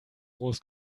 groß